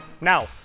Now